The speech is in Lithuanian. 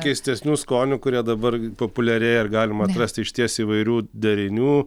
keistesnių skonių kurie dabar populiarėja ir galima atrasti išties įvairių derinių